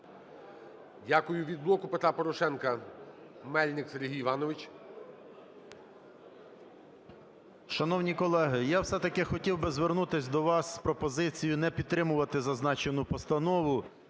Дякую. Від "Блоку Петра Порошенка" Мельник Сергій Іванович. 10:50:53 МЕЛЬНИК С.І. Шановні колеги, я все-таки хотів би звернутися до вас з пропозицією не підтримувати зазначену постанову,